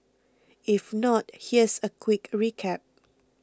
if not here's a quick recap